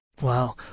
Wow